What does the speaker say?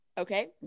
Okay